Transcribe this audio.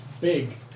Big